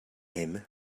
him